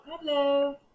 Hello